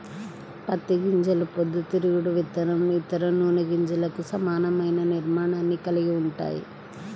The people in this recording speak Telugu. పత్తి గింజలు పొద్దుతిరుగుడు విత్తనం, ఇతర నూనె గింజలకు సమానమైన నిర్మాణాన్ని కలిగి ఉంటాయి